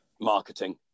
marketing